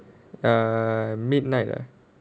err midnight ah